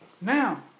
Now